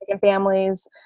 families